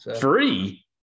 Free